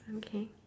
okay